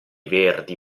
verdi